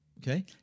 Okay